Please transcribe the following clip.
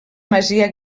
masia